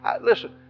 Listen